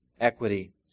equity